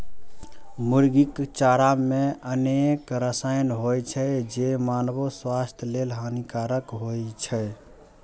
मुर्गीक चारा मे अनेक रसायन होइ छै, जे मानवो स्वास्थ्य लेल हानिकारक होइ छै